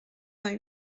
vingt